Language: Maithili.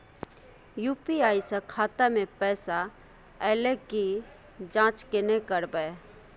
यु.पी.आई स खाता मे पैसा ऐल के जाँच केने करबै?